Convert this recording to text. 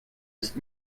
ist